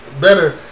better